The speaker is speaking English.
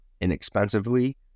inexpensively